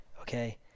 okay